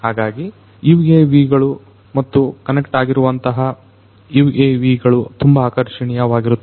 ಹಾಗಾಗಿ UAVಗಳು ಮತ್ತು ಕನೆಕ್ಟ್ ಆಗಿರುವಂತಹ UAVಗಳು ತುಂಬಾ ಆಕರ್ಷಣೀಯವಾಗಿರುತ್ತವೆ